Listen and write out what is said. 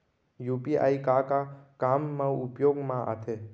UPI का का काम मा उपयोग मा आथे?